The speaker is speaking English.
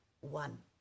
one